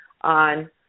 on